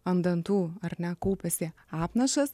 ant dantų ar ne kaupiasi apnašos